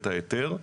את ההיתר.